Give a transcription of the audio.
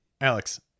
Alex